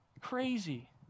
crazy